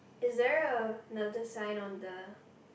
is there a another sign on the